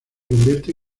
convierte